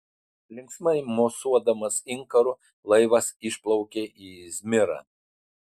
linksmai mosuodamas inkaru laivas išplaukė į izmirą